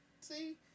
See